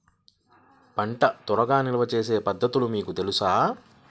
పంట తర్వాత నిల్వ చేసే పద్ధతులు మీకు తెలుసా?